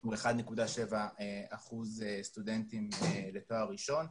הוא 1.7% סטודנטים לתואר ראשון.